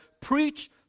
Preach